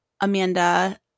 Amanda